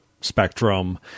spectrum